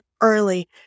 early